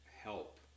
help